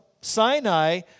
Sinai